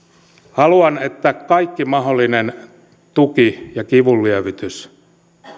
haluan että kaikki mahdollinen tuki ja kivunlievitys